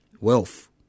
wealth